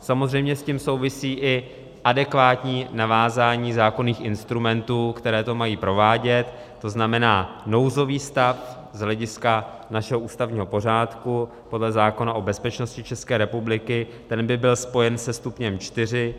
Samozřejmě s tím souvisí i adekvátní navázání zákonných instrumentů, které to mají provádět, to znamená, nouzový stav z hlediska našeho ústavního pořádku podle zákona o bezpečnosti České republiky, ten by byl spojen se stupněm čtyři.